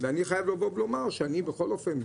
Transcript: ואני חייב לומר שאני בכל אופן,